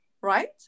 right